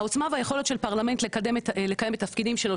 העוצמה והיכולת של פרלמנט לקיים את התפקידים שלו,